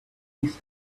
miss